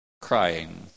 crying